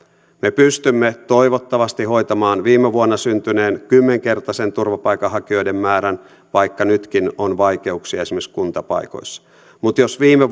me pystymme toivottavasti hoitamaan viime vuonna syntyneen kymmenkertaisen turvapaikanhakijoiden määrän vaikka nytkin on vaikeuksia esimerkiksi kuntapaikoissa mutta jos viime